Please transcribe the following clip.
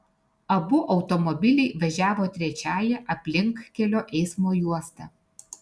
abu automobiliai važiavo trečiąja aplinkkelio eismo juosta